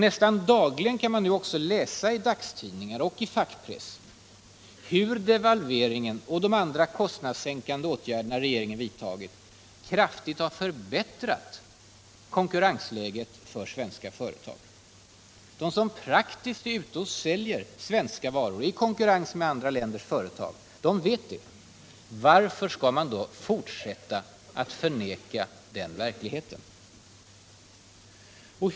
Nästan dagligen kan man också läsa i dagstidningar och fackpress hur devalveringarna och de andra kostnadssänkande åtgärder som regeringen har vidtagit kraftigt har förbättrat konkurrensläget för svenska företag. De som praktiskt är ute och säljer svenska varor i konkurrens med andra länders företag vet det. Varför skall man då försöka förneka den verkligheten?